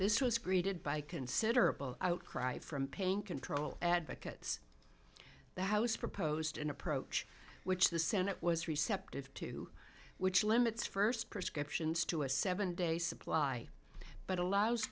this was greeted by considerable outcry from pain control advocates the house proposed an approach which the senate was receptive to which limits first prescriptions to a seven day supply but allows